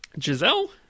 Giselle